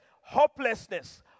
Hopelessness